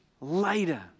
later